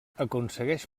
aconsegueix